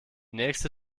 nächste